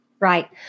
Right